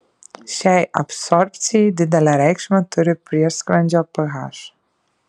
šiai absorbcijai didelę reikšmę turi prieskrandžio ph